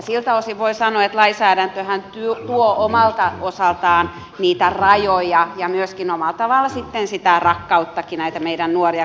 siltä osin voi sanoa että lainsäädäntöhän tuo omalta osaltaan niitä rajoja ja omalla tavalla sitten myöskin sitä rakkauttakin näitä meidän nuoria kohtaan